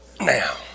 now